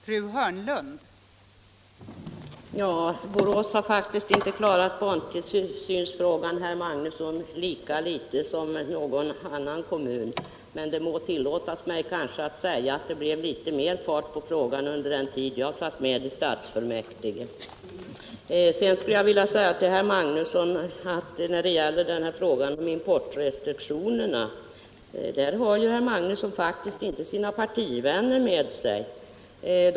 Fru talman! Borås har faktiskt lika litet som någon annan kommun klarat barntillsynsfrågan, herr Magnusson. Men det må tillåtas mig att säga att det blev litet mer fart på den frågan under den tid jag satt med i stadsfullmäktige. Sedan skulle jag vilja säga till herr Magnusson när det gäller frågan om importrestriktionerna att han ju faktiskt inte har sina partivänner med sig.